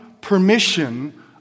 permission